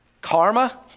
karma